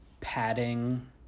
padding